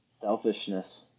Selfishness